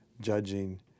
judging